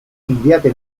inviati